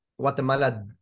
Guatemala